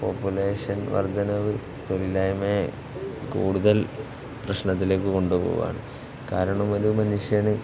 population വർദ്ധനവ് തൊഴിലില്ലായ്മയെ കൂടുതൽ പ്രശ്നത്തിലേക്ക് കൊണ്ടുപോകുകയാണ് കാരണം ഒരു മനുഷ്യന്